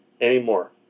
anymore